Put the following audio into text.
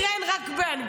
הוא מתראיין רק באנגלית.